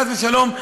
חס ושלום,